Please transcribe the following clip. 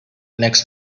next